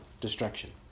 destruction